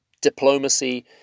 diplomacy